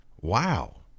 Wow